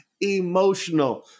emotional